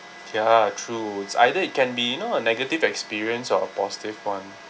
ya true it's either it can be you know a negative experience or a positive [one]